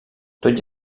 tot